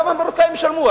ולמה המרוקנים ישלמו,